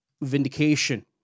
vindication